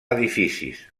edificis